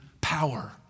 power